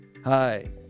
Hi